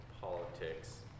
politics